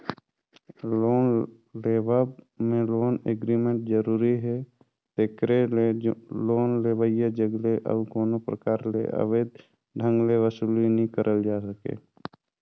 loan लेवब में loan agreement जरूरी हे तेकरे ले लोन लेवइया जग ले अउ कोनो परकार ले अवैध ढंग ले बसूली नी करल जाए सके